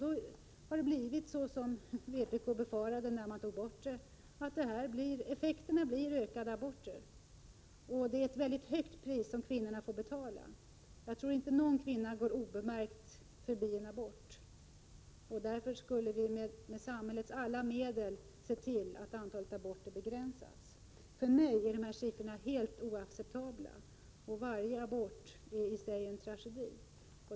Då har det blivit som vpk befarade att det skulle bli när detta togs bort, nämligen att antalet aborter ökar. Det är ett mycket högt pris som kvinnorna får betala. Jag tror inte att någon kvinna går oberörd genom en abort. Därför skulle man med samhällets alla medel se till att antalet aborter begränsas. För mig är dessa siffror helt oacceptabla. Varje abort är i sig en tragedi.